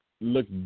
look